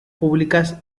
públicas